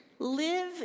live